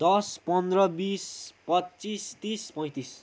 दस पन्ध्र बिस पच्चिस तिस पैतिस